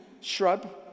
shrub